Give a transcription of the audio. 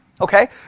Okay